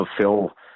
fulfill